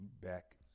back